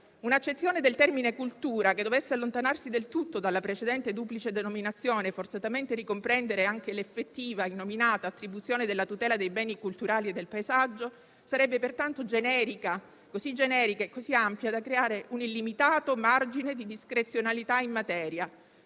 Un'accezione del termine cultura che dovesse allontanarsi del tutto dalla precedente duplice denominazione forzatamente ricomprendente anche l'effettiva, innominata attribuzione della tutela dei beni culturali e del paesaggio sarebbe pertanto così generica e ampia da creare un illimitato margine di discrezionalità in materia,